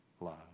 love